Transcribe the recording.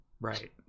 right